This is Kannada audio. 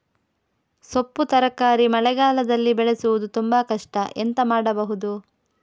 ಸೊಪ್ಪು ತರಕಾರಿ ಮಳೆಗಾಲದಲ್ಲಿ ಬೆಳೆಸುವುದು ತುಂಬಾ ಕಷ್ಟ ಎಂತ ಮಾಡಬಹುದು?